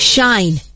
Shine